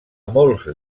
molts